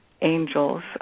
angels